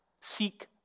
Seek